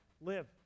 Live